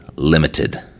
limited